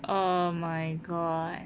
oh my god